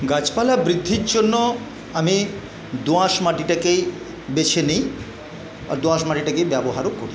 গাছপালা বৃদ্ধির জন্য আমি দোআঁশ মাটিটাকেই বেছে নেই দোআঁশ মাটিটাকেই ব্যবহারও করি